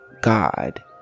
God